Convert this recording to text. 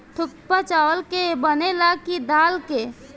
थुक्पा चावल के बनेला की दाल के?